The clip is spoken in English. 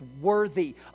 worthy